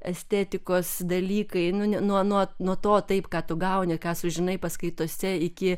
estetikos dalykai nu nuo nuo to taip ką tu gauni ką sužinai paskaitose iki